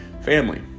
family